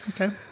Okay